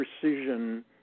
precision